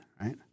Right